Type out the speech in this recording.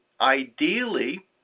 ideally